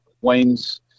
Wayne's